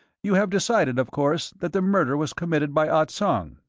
you have decided, of course, that the murder was committed by ah tsong?